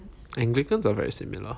anglicans are very similar